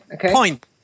point